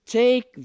take